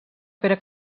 pere